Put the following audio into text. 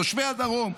תושבי הדרום,